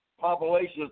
population